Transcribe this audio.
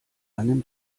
einen